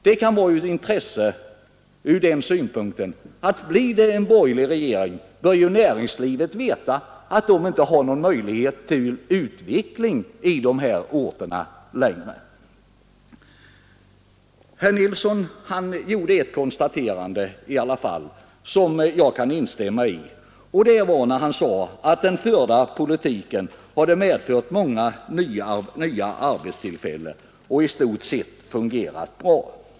Det kan vara av intresse från den synpunkten att om det blir en borgerlig regering bör näringslivet veta att det inte har någon möjlighet till utveckling på de här orterna längre. Herr Nilsson gjorde i alla fall ett konstaterande som jag kan instämma i. Han sade att den förda politiken hade medfört många nya arbetstillfällen och i stort sett fungerat bra.